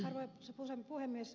arvoisa rouva puhemies